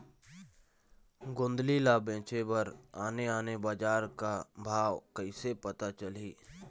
गोंदली ला बेचे बर आने आने बजार का भाव कइसे पता चलही?